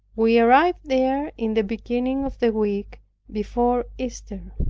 we arrived there in the beginning of the week before easter.